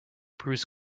bruce